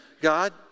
God